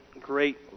great